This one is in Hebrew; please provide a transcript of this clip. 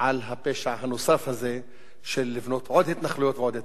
על הפשע הנוסף הזה של לבנות עוד התנחלויות ועוד התנחלויות.